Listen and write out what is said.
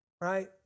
Right